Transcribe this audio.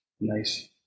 Nice